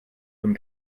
von